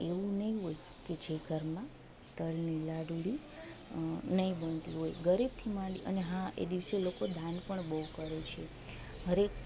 એવું નહીં હોય કે જે ઘરમાં તલની લાડુળી નહીં બનતી હોય ગરીબથી માંડી અને હા એ દિવસે લોકો દાન પણ બહુ કરે છે હરએક